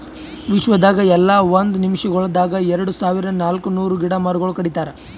ವಿಶ್ವದಾಗ್ ಎಲ್ಲಾ ಒಂದ್ ನಿಮಿಷಗೊಳ್ದಾಗ್ ಎರಡು ಸಾವಿರ ನಾಲ್ಕ ನೂರು ಗಿಡ ಮರಗೊಳ್ ಕಡಿತಾರ್